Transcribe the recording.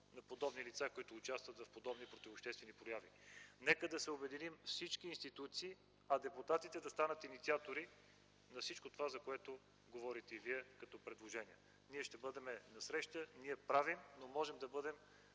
на лица, които участват в подобни противообществени прояви. Нека всички институции да се обединим, а депутатите да станат инициатори на всичко това, за което говорите и Вие като предложения. Ние ще бъдем насреща. Ние правим, но можем да бъдем